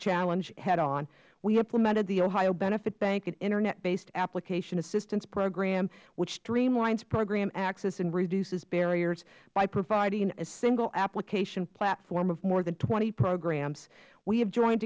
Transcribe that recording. challenge head on we implemented the ohio benefit bank and internet based application assistance program which streamlines program access and reduces barriers by providing a single application platform of more than twenty programs we have joined